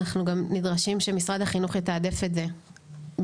אנחנו נדרשים גם שמשרד החינוך יתעדף את זה במסגרת